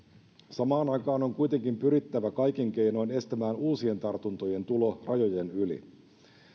samaan aikaan on kuitenkin pyrittävä kaikin keinoin estämään uusien tartuntojen tulo rajojen yli